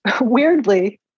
Weirdly